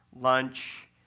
lunch